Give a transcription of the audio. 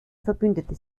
verbündete